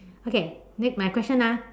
okay next my question ah